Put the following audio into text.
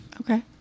Okay